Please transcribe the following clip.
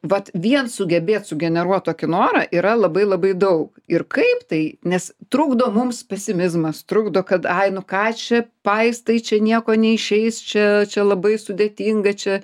vat vien sugebėt sugeneruot tokį norą yra labai labai daug ir kaip tai nes trukdo mums pesimizmas trukdo kad ai nu ką čia paistai čia nieko neišeis čia čia labai sudėtinga čia